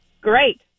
Great